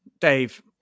dave